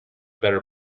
better